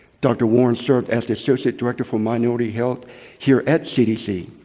dr. warren served as the associate director for minority health here at cdc.